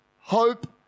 hope